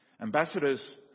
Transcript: Ambassadors